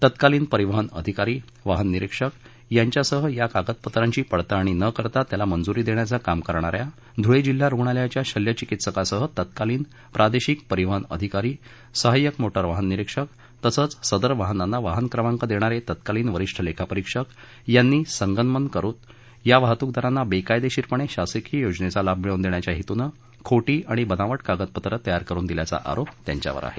तत्कालीन परिवहन अधिकारी वाहन निरीक्षक यांच्यासह या कागदपत्रांची पडताळणी न करता त्यास मंजूरी देण्याचे काम करणाऱ्या धुळे जिल्हा रुग्णालयाच्या शल्यचिकित्सकासह तत्कालीन प्रादेशिक परिवहन अधिकारी सहाय्यक मोटर वाहन निरीक्षक तसंच सदर वाहनांना वाहन क्रमांक देणारे तत्कालीन वरिष्ठ लेखापरिक्षक यांनी संगनमत करून या वाहतूकदारांना बेकायदेशीरपणे शासकीय योजनेचा लाभ मिळवून देण्याच्या हेतूने खोटी आणि बनावट कागपपत्रे तयार करून दिल्याचा आरोप त्यांच्यावर आहे